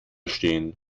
stehen